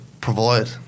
provide